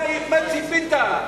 מה ציפית?